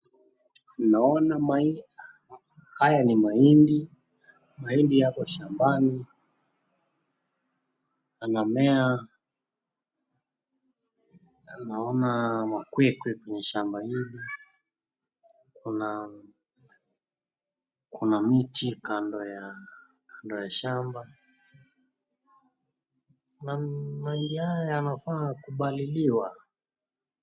Haya ni mahindi, mahindi yako shambani anamea naona miti kando ya shamba, na mahindi haya yanaweza kupaliliwa.